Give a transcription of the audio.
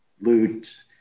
loot